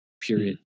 period